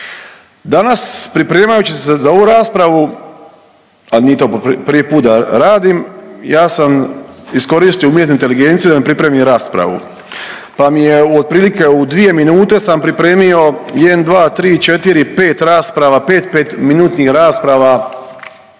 Danas, pripremajući se za ovu raspravu, a nije to po prvi put da radim, ja sam iskoristio umjetnoj inteligenciji da mi pripremi raspravu pa mi je u otprilike u dvije minute sam pripremio 1, 2, 3, 4, 5 rasprava, 5 petminutnih rasprava